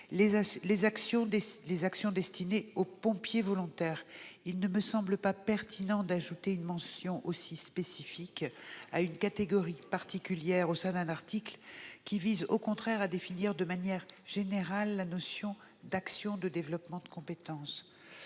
les actions destinées aux sapeurs-pompiers volontaires. Il ne me semble pas pertinent d'ajouter une mention aussi spécifique à une catégorie particulière au sein d'un article qui tend, au contraire, à définir de manière générale la notion d'action de développement de compétences.